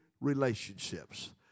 relationships